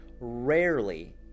rarely